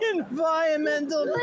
Environmental